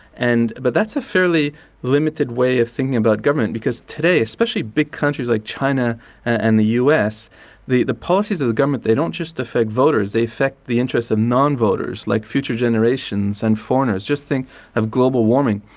and but that's a fairly limited way of thinking about government, because today, especially big countries like china and the us, the the policies of the government, they don't just affect voters, they affect the interest of non-voters, like future generations and foreigners, just think of global warming.